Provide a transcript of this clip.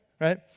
right